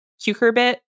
cucurbit